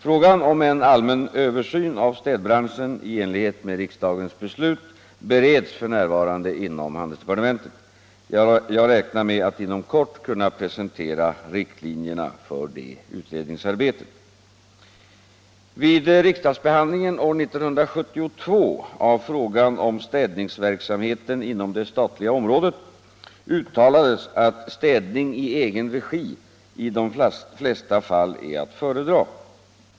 Frågan om en allmän översyn av städbranschen i enlighet med riksdagens beslut bereds f. n. inom handelsdepartementet. Jag räknar med att inom kort kunna presentera riktlinjer för detta utredningsarbete. Vid riksdagsbehandlingen år 1972 av frågan om städningsverksamheten inom det statliga området uttalades att städning i egen regi i de flesta fall är att föredra.